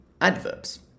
adverbs